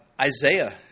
Isaiah